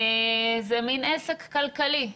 זה מין עסק כלכלי.